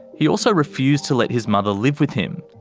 he also refused to let his mother live with him.